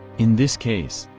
in this case,